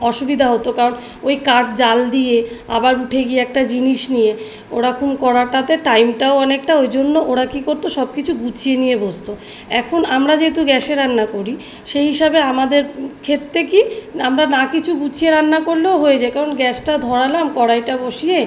অসুবিধা হতো কারণ ওই কাঠ জ্বাল দিয়ে আবার উঠে গিয়ে একটা জিনিস নিয়ে ওরকম করাটাতে টাইমটাও অনেকটা ওই জন্য ওরা কী করত সব কিছু গুছিয়ে নিয়ে বসত এখন আমরা যেহেতু গ্যাসে রান্না করি সেই হিসাবে আমাদের ক্ষেত্রে কী আমরা না কিছু গুছিয়ে রান্না করলেও হয়ে যায় কারণ গ্যাসটা ধরালাম কড়াইটা বসিয়ে